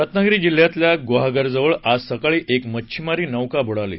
रत्नागिरी जिल्ह्यात गुहागरजवळ आज सकाळी एक मच्छिमारी नौका बुडाली